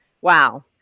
wow